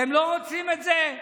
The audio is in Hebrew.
אתם לא רוצים את זה?